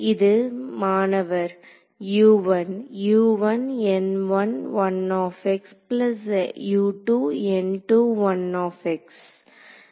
இது மாணவர் U 1